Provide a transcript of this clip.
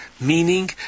meaning